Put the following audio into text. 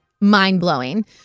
mind-blowing